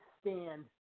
stand